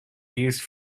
used